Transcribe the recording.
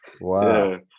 Wow